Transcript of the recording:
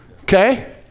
okay